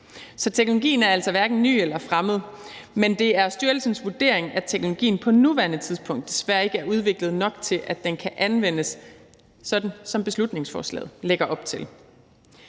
Så teknologien er altså hverken ny eller fremmed, men det er styrelsens vurdering, at teknologien på nuværende tidspunkt desværre ikke er udviklet nok, til at den kan anvendes, sådan som beslutningsforslaget lægger op til.